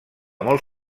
molt